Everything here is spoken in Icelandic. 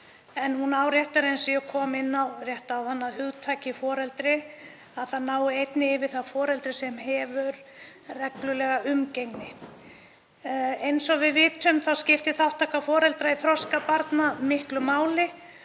en hún áréttar, eins og ég kom inn á rétt áðan, að hugtakið foreldri nái einnig yfir það foreldri sem hefur reglulega umgengni. Eins og við vitum skiptir þátttaka foreldra í þroska barna miklu máli